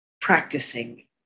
practicing